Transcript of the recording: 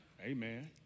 Amen